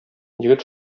егет